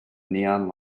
neon